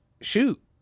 shoot